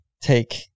take